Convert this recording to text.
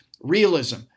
Realism